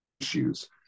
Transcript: issues